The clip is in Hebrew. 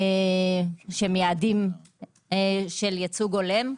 שהם יעדים של ייצוג הולם.